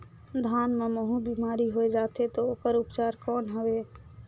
धान मां महू बीमारी होय जाथे तो ओकर उपचार कौन हवे?